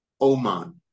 oman